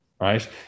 Right